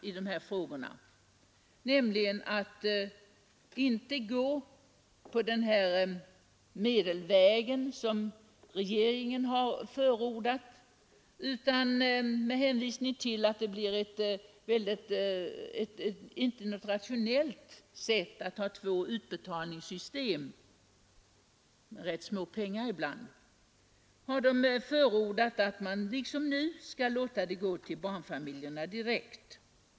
Utskottet har alltså inte gått på den medelväg som regeringen förordat, utan med hänvisning till att det inte är rationellt att ha två olika utbetalningssystem — ibland gäller det ganska små summor — har utskottet förordat att bostadstilläggen liksom nu skall gå direkt till barnfamiljerna.